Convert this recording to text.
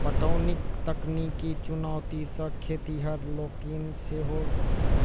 पटौनीक तकनीकी चुनौती सॅ खेतिहर लोकनि सेहो